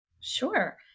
Sure